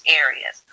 areas